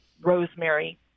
rosemary